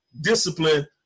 discipline